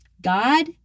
God